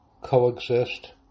coexist